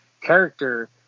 character